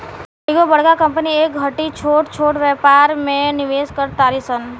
कइगो बड़का कंपनी ए घड़ी छोट छोट व्यापार में निवेश कर तारी सन